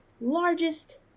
largest